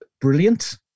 brilliant